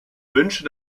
wünsche